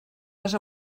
les